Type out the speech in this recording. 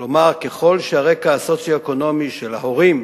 כלומר, ככל שהרקע הסוציו-אקונומי של ההורים,